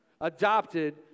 adopted